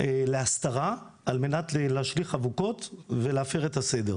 להסתרה על מנת להשליך אבוקות ולהפר את הסדר.